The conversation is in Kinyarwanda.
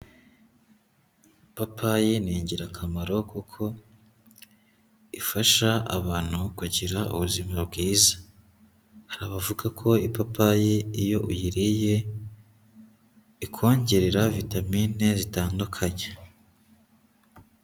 Ipapayi ni ingirakamaro kuko ifasha abantu kugira ubuzima bwiza. Hari abavuga ko ipapayi iyo uyiye ikongerera vitamine zitandukanye.